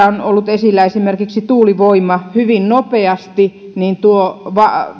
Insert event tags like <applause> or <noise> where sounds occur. <unintelligible> on ollut esillä esimerkiksi tuulivoima hyvin nopeasti tuon